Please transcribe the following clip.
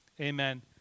Amen